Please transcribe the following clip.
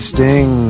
Sting